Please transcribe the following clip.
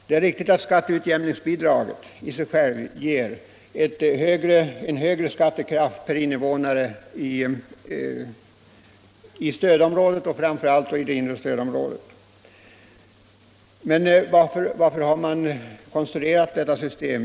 Det är riktigt att skatteutjämningsbidraget ger en högre skattekraft per invånare i stödområdet och framför allt det inre stödområdet, men varför har man konstruerat detta system?